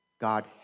God